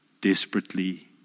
desperately